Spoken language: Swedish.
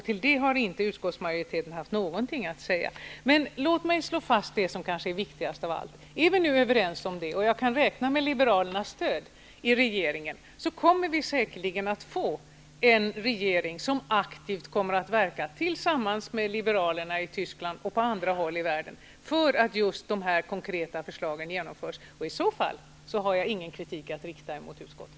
Till det har utskottsmajoriteten inte haft någonting att säga. Låt mig slå fast det som kanske är viktigast av allt. Är vi nu överens om detta och jag kan räkna med liberalernas stöd i regeringen, då kommer vi säkerligen att få en regering som aktivt verkar tillsammans med liberalerna i Tyskland och på andra håll i världen för att just dessa konkreta förslag genomförs. I så fall har jag ingen kritik att rikta mot utskottet.